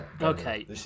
Okay